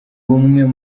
umwe